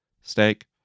steak